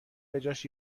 بجاش